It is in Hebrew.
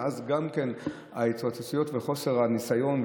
ואז גם כן ההתרוצצויות וחוסר הניסיון,